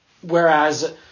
whereas